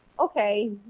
okay